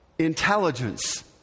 Intelligence